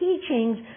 teachings